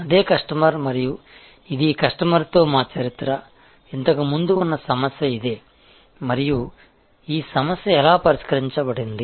అదే కస్టమర్ మరియు ఇది ఈ కస్టమర్తో మా చరిత్ర ఇంతకు ముందు ఉన్న సమస్య ఇదే మరియు ఈ సమస్య ఎలా పరిష్కరించబడింది